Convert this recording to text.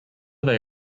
they